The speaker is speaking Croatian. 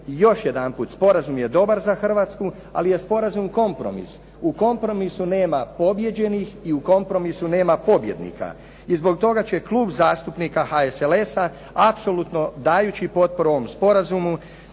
još jedanput, sporazum je dobar za Hrvatsku, ali je sporazum kompromis. U kompromisu nema pobijeđenih i u kompromisu nema pobjednika. I zbog toga će Klub zastupnika HSLS-a apsolutno dajući potporu ovom sporazumu,